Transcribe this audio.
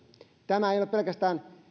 tämä ei ole pelkästään